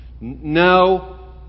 No